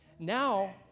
Now